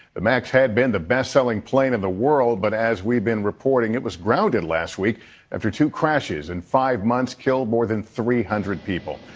the max had been the best-selling plane in the world, but as we've been reporting, it was grounded last week after two crashes in five months killed more than three hundred people.